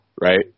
Right